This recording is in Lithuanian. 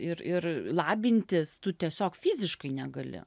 ir ir labintis tu tiesiog fiziškai negali